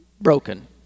broken